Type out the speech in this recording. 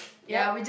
yup